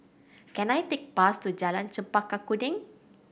can I take bus to Jalan Chempaka Kuning